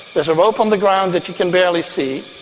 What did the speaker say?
there's a rope on the ground that you can barely see,